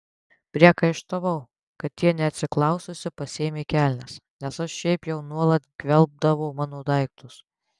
priekaištavau kad ji neatsiklaususi pasiėmė kelnes nes šiaip jau nuolat gvelbdavo mano daiktus